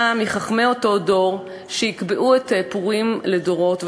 מחכמי אותו דור שיקבעו את פורים לדורות,